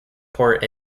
port